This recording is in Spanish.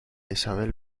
isabel